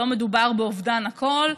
לא מדובר באובדן הקול,